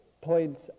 points